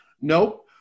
nope